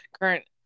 current